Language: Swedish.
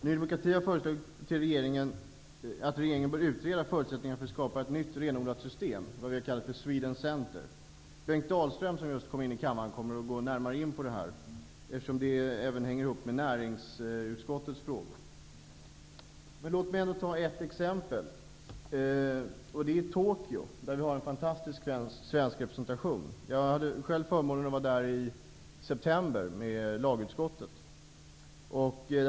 Ny demokrati har föreslagit att regeringen bör utreda förutsättningar för att skapa ett nytt renodlat system kallat för Sweden center. Bengt Dalström, som just nu kom in i kammaren, kommer att gå närmare in på detta, eftersom det hänger samman med näringsutskottets frågor. Låt mig ändå ta ett exempel. I Tokyo har vi en fantastisk svensk representation. Jag hade själv förmånen att vara där i september med lagutskottet.